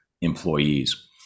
employees